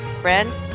friend